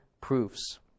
proofs